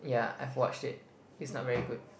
yea I've watched it it's not very good